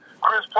Chris